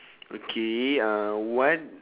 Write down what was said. okay uh what